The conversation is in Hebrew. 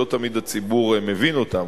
שלא תמיד הציבור מבין אותן,